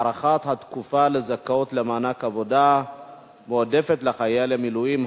(הארכת התקופה לזכאות למענק עבודה מועדפת לחיילי מילואים),